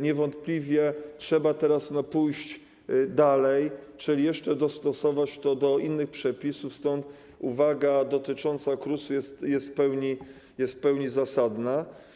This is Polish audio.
niewątpliwie trzeba teraz pójść dalej, czyli jeszcze dostosować to do innych przepisów, stąd uwaga dotycząca KRUS-u jest w pełni zasadna.